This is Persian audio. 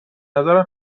نظرم